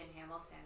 Hamilton